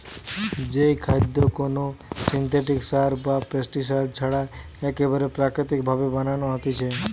যেই খাদ্য কোনো সিনথেটিক সার বা পেস্টিসাইড ছাড়া একেবারে প্রাকৃতিক ভাবে বানানো হতিছে